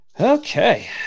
okay